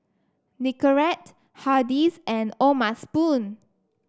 Nicorette Hardy's and O'ma Spoon